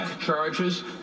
charges